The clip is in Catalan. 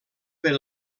per